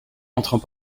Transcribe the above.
entrant